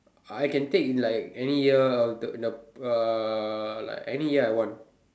I can take like any year the the uh like any year I want